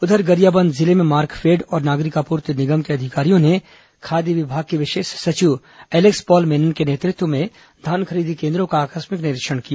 उधर गरियाबंद जिले में मार्कफेड और नागरिक आपूर्ति निगम के अधिकारियों ने खाद्य विभाग के विशेष सचिव एलेक्स पॉल मेनन के नेतृत्व में धान खरीदी केन्द्रों का आकस्मिक निरीक्षण किया